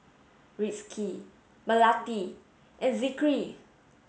Rizqi Melati and Zikri